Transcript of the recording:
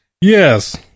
yes